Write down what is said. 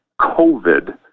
COVID